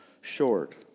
short